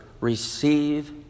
receive